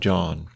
John